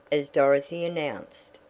as dorothy announced.